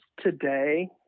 today